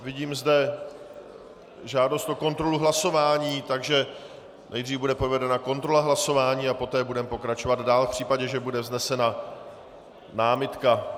Vidím zde žádost o kontrolu hlasování, takže nejdříve bude provedena kontrola hlasování a poté budeme pokračovat dál v případě, že bude vznesena námitka.